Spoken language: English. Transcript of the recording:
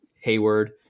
Hayward